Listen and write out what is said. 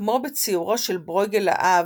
כמו בציורו של ברויגל ההאב,